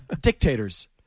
Dictators